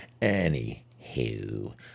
anywho